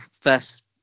first